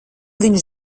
viņš